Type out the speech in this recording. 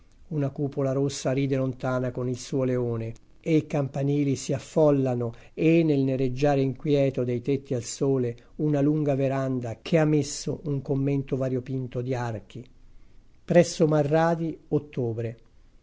lontana con il suo leone e i campanili si affollano e nel nereggiare inquieto dei tetti al sole una lunga veranda che ha messo un commento variopinto di archi presso marradi